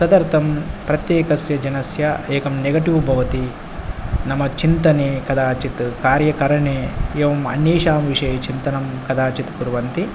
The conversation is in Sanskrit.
तदर्थं प्रत्येकस्य जनस्य एकं नेगटिव् भवति मम चिन्तने कदाचित् कार्यकरणे एवम् अन्येषां विषये चिन्तनं कदाचित् कुर्वन्ति